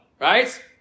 right